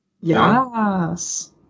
Yes